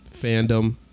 fandom